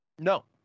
No